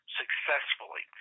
successfully